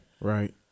Right